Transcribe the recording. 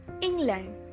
England